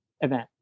Event